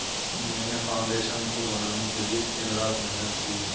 मैंने फाउंडेशन को बनाने के लिए दिन रात मेहनत की है